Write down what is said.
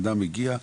אדם מגיע,